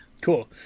Cool